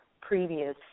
previous